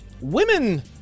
Women